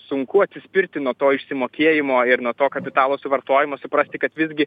sunku atsispirti nuo to išsimokėjimo ir nuo to kapitalo suvartojimo suprasti kad visgi